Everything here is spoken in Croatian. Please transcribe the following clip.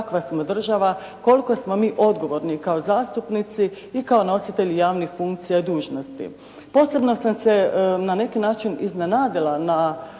kakva smo država, koliko smo mi odgovorni kao zastupnici i kao nositelji javnih funkcija i dužnosti. Posebno sam se na neki način iznenadila na